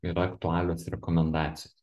yra aktualios rekomendacijos